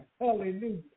Hallelujah